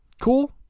Cool